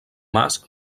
mas